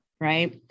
right